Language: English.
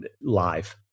live